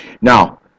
Now